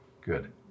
Good